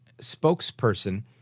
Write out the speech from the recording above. spokesperson